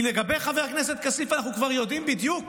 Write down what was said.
כי לגבי חבר הכנסת כסיף אנחנו כבר יודעים בדיוק